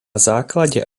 základe